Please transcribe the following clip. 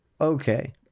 okay